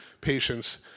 patients